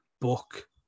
book